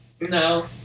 no